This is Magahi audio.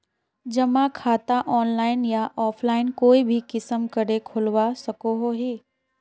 जमा खाता ऑनलाइन या ऑफलाइन कोई भी किसम करे खोलवा सकोहो ही?